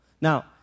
Now